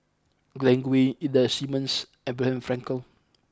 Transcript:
Glen Goei Ida Simmons Abraham Frankel